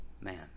man